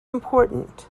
important